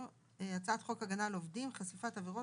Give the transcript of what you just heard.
הצעת חוק הגנה על עובדים (חשיפת עבירות